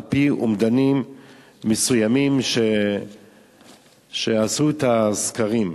על-פי אומדנים מסוימים של מי שעשו את הסקרים.